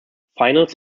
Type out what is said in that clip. finals